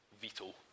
veto